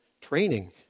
training